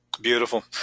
beautiful